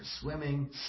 swimming